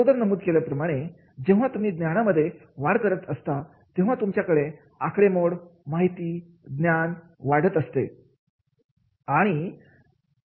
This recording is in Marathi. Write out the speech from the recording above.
अगोदर मी नमूद केल्याप्रमाणे जेव्हा तुम्ही ज्ञानामध्ये वाढ करत असता तेव्हा तुमच्याकडे आकडेमोड माहिती ज्ञान वाटत असते